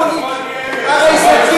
הפוסל במומו, הרי זו,